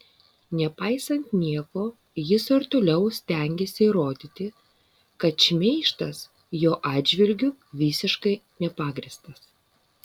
nepaisant nieko jis ir toliau stengiasi įrodyti kad šmeižtas jo atžvilgiu visiškai nepagrįstas